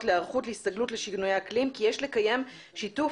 להיערכות להסתגלות לשינויי אקלים כי יש לקיים שיתוף